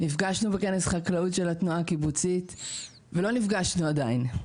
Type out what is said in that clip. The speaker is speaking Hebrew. נפגשנו בכנס חקלאות של התנועה הקיבוצית ולא נפגשנו עדיין.